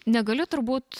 negaliu turbūt